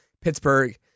Pittsburgh